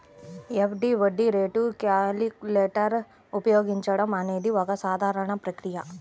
FD వడ్డీ రేటు calculator ఉపయోగించడం అనేది ఒక సాధారణ ప్రక్రియ